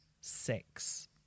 six